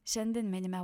šiandien minime